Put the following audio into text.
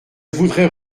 voudrais